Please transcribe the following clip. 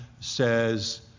says